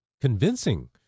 convincing